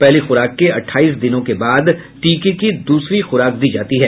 पहली खुराक के अट्ठाईस दिनों के बाद टीके की दूसरी खुराक दी जाती है